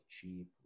cheap